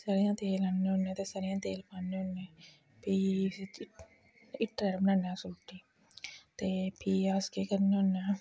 सरेआं दा तेल आह्नने होन्ने ते सरेआं दा तेल पान्ने होन्ने फ्ही हीटरै पर बनाने अस रुट्टी ते फ्ही अस केह् करने होन्ने